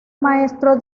maestro